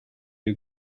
you